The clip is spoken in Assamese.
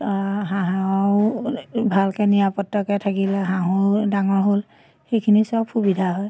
আ হাঁহৰো ভালকৈ নিৰাপত্তাকৈ থাকিলে হাঁহো ডাঙৰ হ'ল সেইখিনি সব সুবিধা হয়